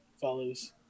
fellas